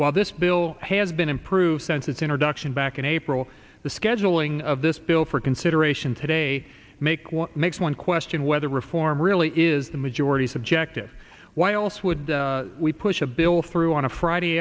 while this bill has been improved since its introduction back in april the scheduling of this bill for consideration today make what makes one question whether reform really is the majority's objective why else would we push a bill through on a friday